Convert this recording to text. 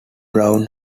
brown